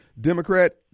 Democrat